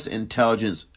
intelligence